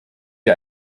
wir